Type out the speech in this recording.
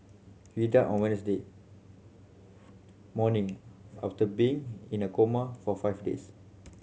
he died on Wednesday morning after being in a coma for five days